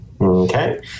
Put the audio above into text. Okay